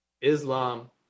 islam